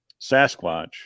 Sasquatch